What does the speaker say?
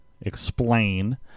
explain